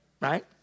Right